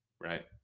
Right